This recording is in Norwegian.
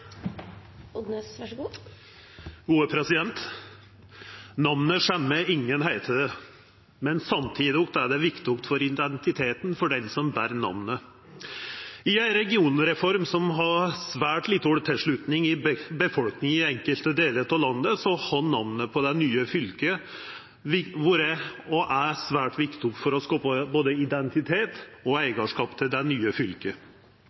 det viktig for identiteten til han eller ho som ber namnet. I ei regionreform som har svært lita tilslutning i befolkninga i enkelte delar av landet, har namnet på dei nye fylka vore og er svært viktig for å skapa både identitet og eigarskap til desse nye